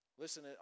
Listen